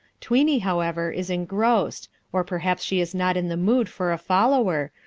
tweeny, however, is engrossed, or perhaps she is not in the mood for a follower,